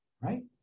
right